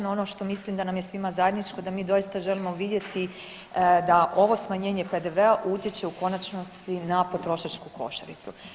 No, ono što mislim da nam je svima zajedničko da mi doista želimo vidjeti da ovo smanjenje PDV-a utječe u konačnosti na potrošačku košaricu.